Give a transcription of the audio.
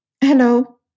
Hello